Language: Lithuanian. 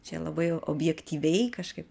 čia labai objektyviai kažkaip